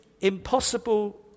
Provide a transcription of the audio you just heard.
impossible